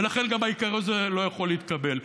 ולכן גם העיקר הזה לא יכול להתקבל.